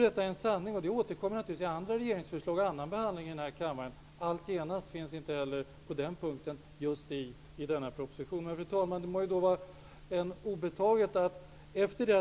Detta är en sanning, och den återkommer naturligtvis i andra regeringsförslag och i annan behandling i den här kammaren. ''Allt -- genast'' gäller inte heller på den punkten och särskilt inte i samband med denna proposition. Fru talman!